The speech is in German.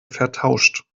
vertauscht